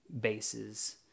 bases